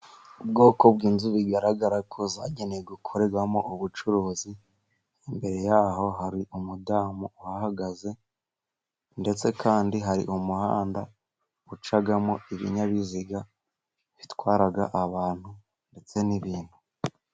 Ubwoko bw'inzu bigaragara ko zagenewe gukorerwamo ubucuruzi ,imbere yaho hari umudamu uhahagaze , ndetse kandi hari umuhanda ucamo ibinyabiziga bitwara abantu ndetse n'ibintu.